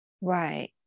right